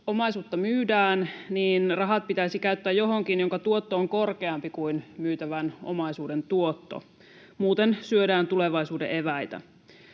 omaisuutta myydään, rahat pitäisi käyttää johonkin, jonka tuotto on korkeampi kuin myytävän omaisuuden tuotto. Muuten syödään tulevaisuuden eväitä.